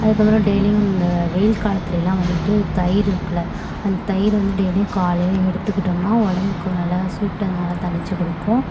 அதுக்கப்புறம் டெய்லியும் இந்த வெயில் காலத்தில் எல்லாம் வந்துவிட்டு தயிர் இருக்குதுல்ல அந்த தயிர் வந்து டெய்லியும் காலைலேயே எடுத்துக்கிட்டோம்னா உடம்புக்கு நல்லா சூட்டை நல்லா தணித்துக் கொடுக்கும்